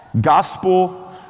Gospel